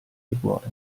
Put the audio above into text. liquore